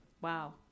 Wow